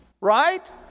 Right